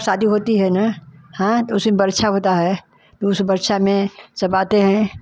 शादी होती है न हाँ तो उसमें बर्सा होता है तो उस बर्सा में सब आते हैं